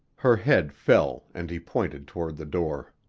her head fell and he pointed toward the door.